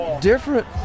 different